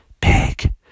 big